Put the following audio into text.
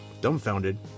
dumbfounded